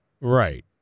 Right